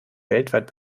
weltweit